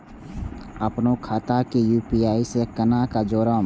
अपनो खाता के यू.पी.आई से केना जोरम?